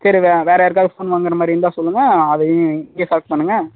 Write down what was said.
சரி வே வேறு யாருக்காவது ஃபோன் வாங்குகிற மாதிரி இருந்தால் சொல்லுங்கள் அதையும் இங்கே செலக்ட் பண்ணுங்கள்